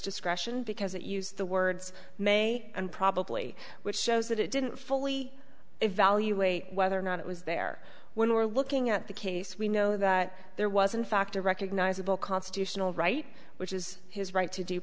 discretion because it used the words may and probably which shows that it didn't fully evaluate whether or not it was there when we were looking at the case we know that there wasn't fact a recognizable constitutional right which is his right to d